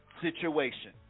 situation